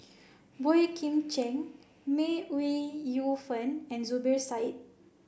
Boey Kim Cheng May Ooi Yu Fen and Zubir Said